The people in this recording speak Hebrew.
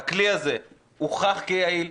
הכלי הזה הוכח כיעיל,